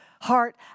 heart